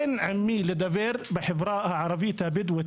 אין עם מי לדבר בחברה הערבית הבדואית